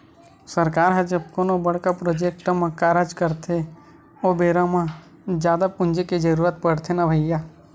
सरकार ह जब कोनो बड़का प्रोजेक्ट म कारज करथे ओ बेरा म जादा पूंजी के जरुरत पड़थे न भैइया